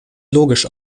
logisch